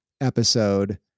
episode